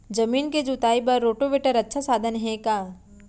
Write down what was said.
जमीन के जुताई बर रोटोवेटर अच्छा साधन हे का?